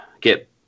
get